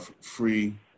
free